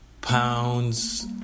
pounds